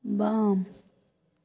बाम